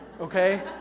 okay